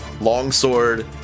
Longsword